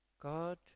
God